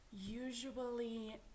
Usually